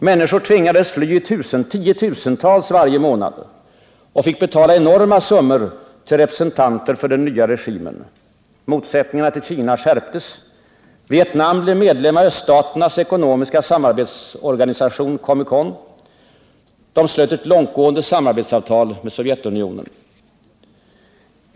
Människor tvingades fly i tiotusental varje månad och fick betala enorma summor till representanter för den nya regimen. Motsättningarna till Kina skärptes. Vietnam blev medlem av öststaternas ekonomiska samarbetsorganisation Comecon, och de slöt ett långtgående samarbetsavtal med Sovjetunionen.